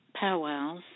powwows